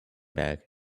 bag